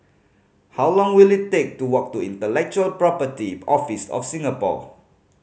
how long will it take to walk to Intellectual Property Office of Singapore